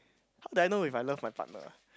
how do I know if I love my partner ah